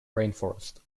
rainforest